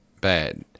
bad